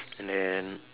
and then